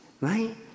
right